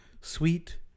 Sweet